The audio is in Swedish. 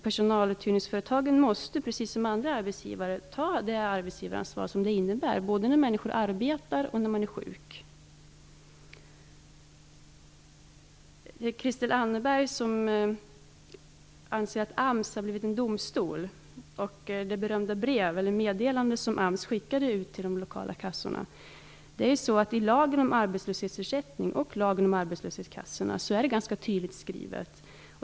Personaluthyrningsföretagen måste, precis som andra arbetsgivare, ta det arbetsgivaransvar som det innebär både när människor arbetar och när de är sjuka. Christel Anderberg anser att AMS har blivit en domstol på grund av det berömda brev, eller meddelande, som AMS skickade ut till de lokala kassorna. I lagen om arbetslöshetsersättning och i lagen om arbetslöshetskassorna är det ganska tydligt skrivet.